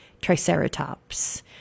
Triceratops